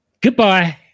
Goodbye